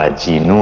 ah genie